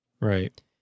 Right